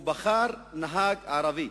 הוא בחר נהג ערבי,